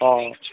ହଁ